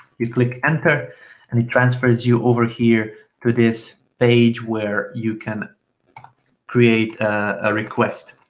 you click enter and it transfers you over here to this page where you can create a request.